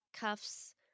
Cuffs